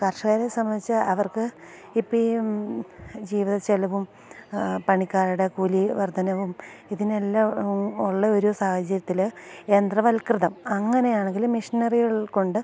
കർഷകരെ സംബന്ധിച്ച് അവർക്ക് ഇപ്പീ ജീവിതച്ചിലവും പണിക്കാരുടെ കൂലി വർദ്ധനവും ഇതിനെല്ലാം ഉള്ള ഒരു സാഹചര്യത്തിൽ യന്ത്രവൽകൃതം അങ്ങനെയാണെങ്കിൽ മിഷ്നറികൾ കൊണ്ട്